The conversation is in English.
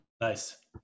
Nice